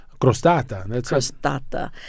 Crostata